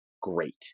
great